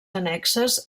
annexes